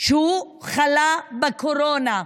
שהוא חלה בקורונה.